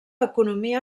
economia